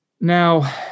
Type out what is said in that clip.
now